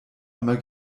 einmal